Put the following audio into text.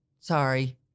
Sorry